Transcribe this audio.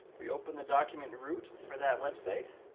we open the document route for that website.